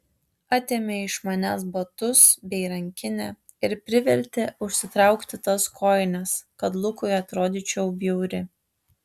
atėmė iš manęs batus bei rankinę ir privertė užsitraukti tas kojines kad lukui atrodyčiau bjauri